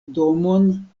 domon